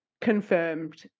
confirmed